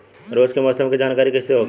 रोज के मौसम के जानकारी कइसे होखि?